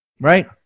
Right